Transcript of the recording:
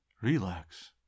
relax